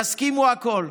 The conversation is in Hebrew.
יסכימו הכול".